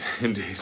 indeed